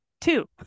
two